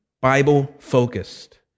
Bible-focused